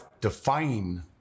define